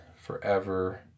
forever